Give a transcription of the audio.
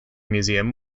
museum